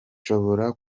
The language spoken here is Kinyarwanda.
nshobora